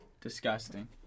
disgusting